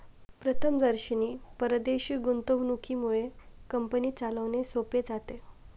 प्रथमदर्शनी परदेशी गुंतवणुकीमुळे कंपनी चालवणे सोपे जाते